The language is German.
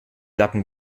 lappen